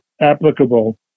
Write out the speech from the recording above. applicable